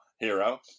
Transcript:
hero